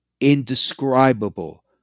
indescribable